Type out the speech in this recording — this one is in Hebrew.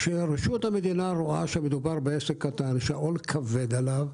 כשרשות המדינה רואה שמדובר בעסק קטן שההון כבד עליו,